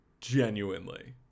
genuinely